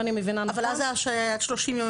אם אני מבינה נכון --- אבל אז זה עד 30 יום,